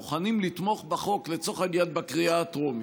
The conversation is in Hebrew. מוכנים לתמוך בחוק לצורך העניין בקריאה הטרומית,